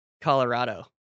Colorado